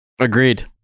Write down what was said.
Agreed